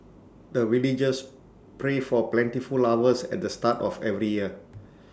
the villagers pray for plentiful harvest at the start of every year